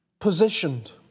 positioned